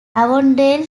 avondale